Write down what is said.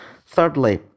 thirdly